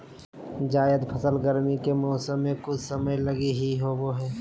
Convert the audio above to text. जायद फसल गरमी के मौसम मे कुछ समय लगी ही होवो हय